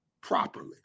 properly